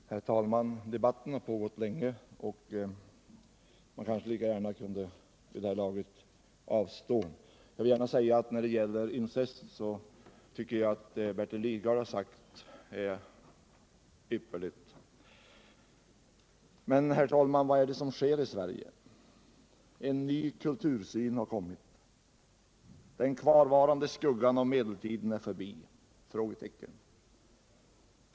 Herr talman! Debatten har pågått länge, och vid det här laget kanske jag lika gärna kunde avstå från att hålla mitt anförande. När det gäller incest tycker jag att vad Bertil Lidgard har anfört är ypperligt. Men, herr talman, vad är det som sker i Sverige? En ny kultursyn har kommit. Den kvarvarande skuggan av medeltiden är förbi.